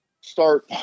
start